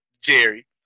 Jerry